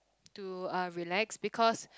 to uh relax because